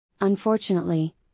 Unfortunately